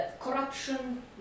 corruption